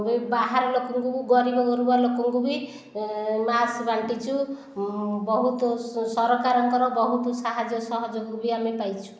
ବି ବାହାର ଲୋକଙ୍କୁ ଗରିବ ଗୁରୁବା ଲୋକଙ୍କୁ ବି ମାସ୍କ ବାଣ୍ଟିଛୁ ବହୁତ ସରକାରଙ୍କର ବହୁତ ସାହାଯ୍ୟ ସହଯୋଗ ବି ଆମେ ପାଇଛୁ